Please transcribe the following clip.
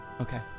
Okay